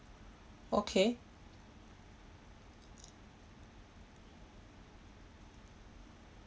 okay